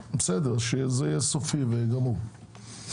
שזה יהיה סופי וגמור.